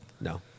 No